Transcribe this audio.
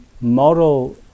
moral